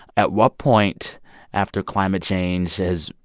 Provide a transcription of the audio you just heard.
at what point after climate change has,